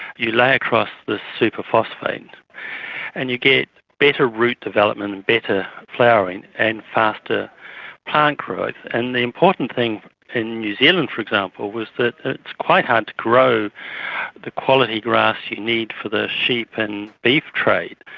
you lay across this superphosphate and you get better root development and better flowering and faster plant growth. and the important thing in new zealand, for example, was that it's quite hard to grow the quality grass you need for the sheep and beef trade,